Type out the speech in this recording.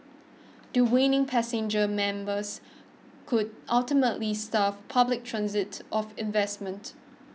dwindling passenger members could ultimately starve public transit of investment